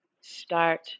start